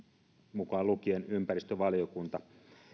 mukaan lukien ympäristövaliokunta